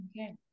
Okay